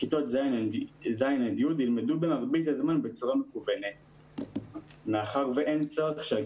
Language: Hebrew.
כיתות ז'-י' ילמדו במרבית הזמן בצורה מקוונת מאחר ואין צורך שהם